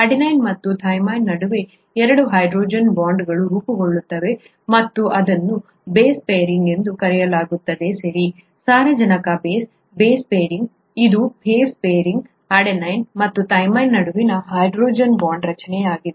adenine ಮತ್ತು thymine ನಡುವೆ ಎರಡು ಹೈಡ್ರೋಜನ್ ಬಾಂಡ್ಗಳು ರೂಪುಗೊಳ್ಳುತ್ತವೆ ಮತ್ತು ಇದನ್ನು ಬೇಸ್ ಪೇರಿಂಗ್ ಎಂದು ಕರೆಯಲಾಗುತ್ತದೆ ಸರಿ ಸಾರಜನಕ ಬೇಸ್ ಬೇಸ್ ಪೇರಿಂಗ್ ಇದು ಬೇಸ್ ಪೇರಿಂಗ್ ಅಡೆನಿನ್ ಮತ್ತು ಥೈಮಿನ್ ನಡುವಿನ ಹೈಡ್ರೋಜನ್ ಬಾಂಡ್ ರಚನೆಯಾಗಿದೆ